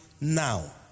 now